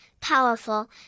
powerful